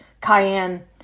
cayenne